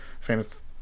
famous